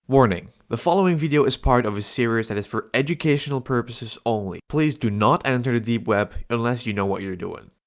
warning the following video is part of a series that is for educational purposes please do not enter the deep web unless you know what you're doing